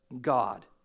God